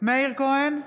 מאיר כהן,